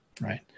right